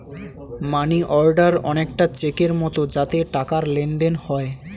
মানি order অনেকটা চেকের মতো যাতে টাকার লেনদেন হয়